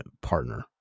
partner